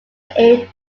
aired